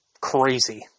crazy